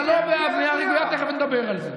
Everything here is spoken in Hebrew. אתה לא בעד בנייה רוויה, תכף נדבר על זה.